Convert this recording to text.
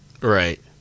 Right